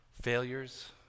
failures